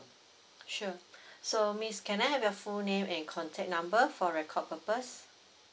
sure so miss can I have your full name and contact number for record purpose